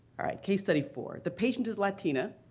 all right, case study four. the patient is latina,